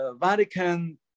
Vatican